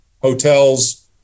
hotels